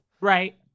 Right